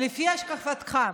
לפי השקפתך,